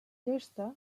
gesta